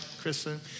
Kristen